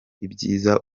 ibyiza